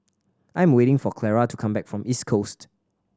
I am waiting for Clara to come back from East Coast